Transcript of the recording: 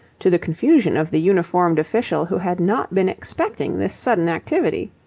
to the confusion of the uniformed official who had not been expecting this sudden activity.